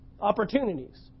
Opportunities